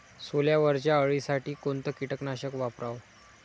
सोल्यावरच्या अळीसाठी कोनतं कीटकनाशक वापराव?